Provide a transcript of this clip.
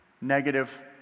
negative